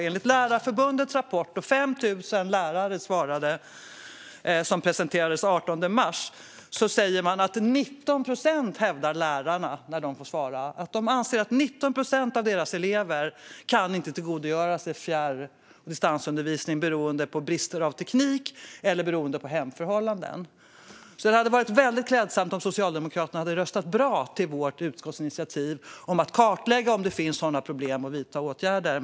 Enligt Lärarförbundets rapport, där 5 000 lärare svarade, som presenterades den 18 mars anser lärarna att 19 procent av deras elever inte kan tillgodogöra sig fjärr och distansundervisning beroende på brister i teknik eller på hemförhållanden. Det hade varit klädsamt om Socialdemokraterna hade röstat ja till vårt utskottsinitiativ om att kartlägga om det finns sådana problem och att vidta åtgärder.